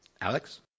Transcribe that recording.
Alex